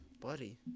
Buddy